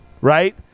Right